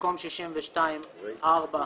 במקום "62.4%"